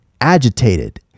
agitated